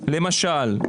חמור.